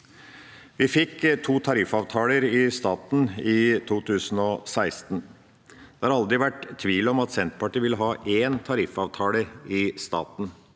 Vi fikk to tariffavtaler i staten i 2016. Det har aldri vært tvil om at Senterpartiet vil ha én tariffavtale i staten,